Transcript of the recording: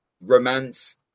romance